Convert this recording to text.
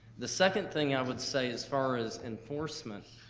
the second thing i would say as far as enforcement